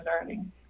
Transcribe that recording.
learning